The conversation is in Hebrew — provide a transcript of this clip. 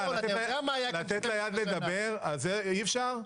תן לה לדבר את זה אי אפשר?